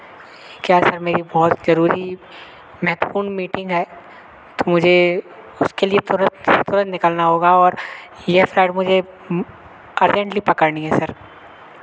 क्या सर मेरी बहुत ज़रूरी महत्वपूर्ण मीटिंग है तो मुझे उसके लिए थोड़ा थोड़ा निकलना होगा और यस सर मुझे अर्जेंटली पकड़नी है सर